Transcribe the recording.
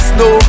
no